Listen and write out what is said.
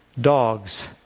dogs